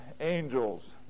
angels